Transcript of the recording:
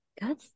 Good